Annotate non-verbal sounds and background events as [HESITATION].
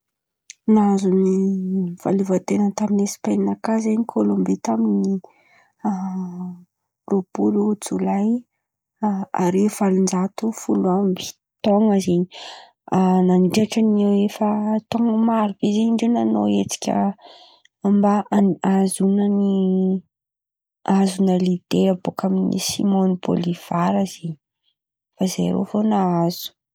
Nahazo ny fahaleovan- ten̈a ny taminy Espan̈a kà zen̈y Kolombia taminy [HESITATION] taminy roapolo jolay arivo valonjato amby tôno zen̈y. [HESITATION] Nandritry ny tôno maro de nanao hetsika mba ahazoana ny aehazoana lide avy aminy si^mo blivara zen̈y fa zey rô vô nahazo.